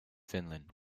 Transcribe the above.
finland